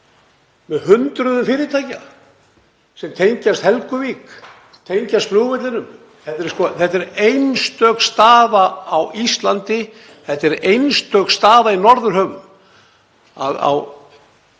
með hundruðum fyrirtækja sem tengjast Helguvík og flugvellinum. Þetta er einstök staða á Íslandi. Þetta er einstök staða í norðurhöfum,